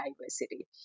diversity